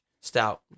stout